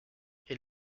est